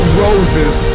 roses